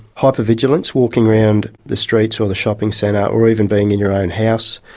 hyper-vigilance walking around the streets or the shopping centre, or even being in your own house.